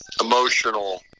emotional